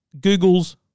Google's